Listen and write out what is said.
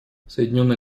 соединенное